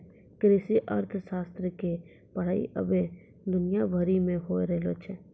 कृषि अर्थशास्त्र के पढ़ाई अबै दुनिया भरि मे होय रहलो छै